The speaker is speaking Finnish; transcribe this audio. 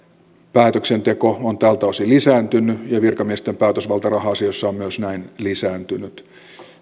päätöksenteko on tältä osin lisääntynyt ja virkamiesten päätösvalta raha asioissa on myös näin lisääntynyt